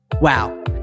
Wow